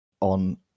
on